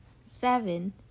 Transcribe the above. seven